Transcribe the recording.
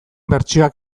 bertsioak